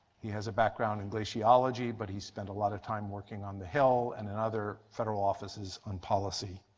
he has a background in glaciology but he spent a lot of time working on the hill and and other federal offices on policy.